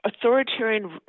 Authoritarian